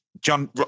John